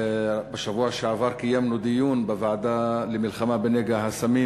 בשבוע שעבר קיימנו דיון בוועדה למלחמה בנגע הסמים